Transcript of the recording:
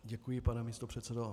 Děkuji, pane místopředsedo.